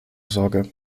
sorge